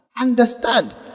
Understand